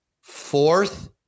Fourth